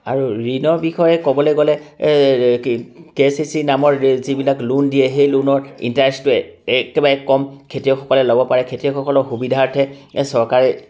আৰু ঋণৰ বিষয়ে ক'বলৈ গ'লে কে চি চি নামত যিবিলাক লোণ দিয়ে সেই লোণৰ ইণ্টাৰেষ্টটো একেবাৰে কম খেতিয়কসকলে ল'ব পাৰে খেতিয়কসকলৰ সুবিধাৰ্থে চৰকাৰে